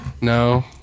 No